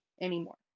anymore